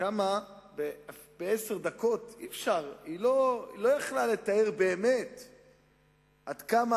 שבעשר דקות היא לא היתה יכולה לתאר באמת עד כמה